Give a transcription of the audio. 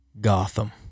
Gotham